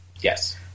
Yes